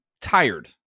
tired